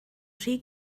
rhy